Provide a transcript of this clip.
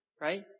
right